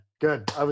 Good